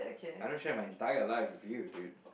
I don't share my entire life with you dude